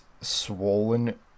swollen